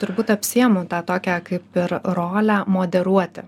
turbūt apsiimu tą tokią kaip ir rolę moderuoti